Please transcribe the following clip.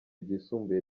ryisumbuye